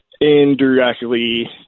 indirectly